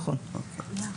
נכון.